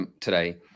today